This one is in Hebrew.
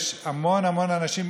יש המון אנשים,